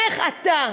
איך אתה?